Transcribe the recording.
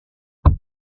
mind